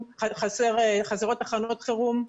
חסרות תחנות חירום.